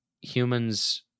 humans